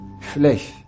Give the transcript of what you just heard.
flesh